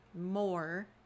more